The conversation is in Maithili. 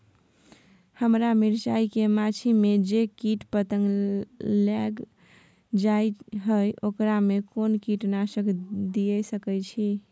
हमरा मिर्चाय के गाछी में जे कीट पतंग लैग जाय है ओकरा में कोन कीटनासक दिय सकै छी?